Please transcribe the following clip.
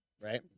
Right